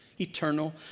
eternal